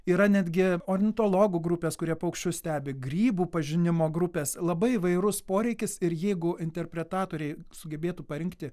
yra netgi ornitologų grupės kurie paukščius stebi grybų pažinimo grupės labai įvairus poreikis ir jeigu interpretatoriai sugebėtų parinkti